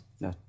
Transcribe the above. No